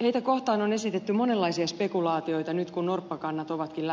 heitä kohtaan on esitetty monenlaisia spekulaatioita nyt kun norppakannat ovatkin